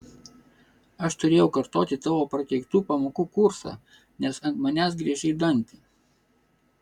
aš turėjau kartoti tavo prakeiktų pamokų kursą nes ant manęs griežei dantį